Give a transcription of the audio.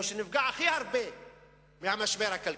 שהוא נפגע הכי הרבה מהמשבר הכלכלי.